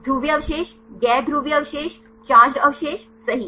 ध्रुवीय अवशेष गैर ध्रुवीय अवशेष चारजेड अवशेष सही